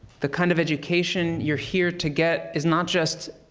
the kind of education you're here to get is not just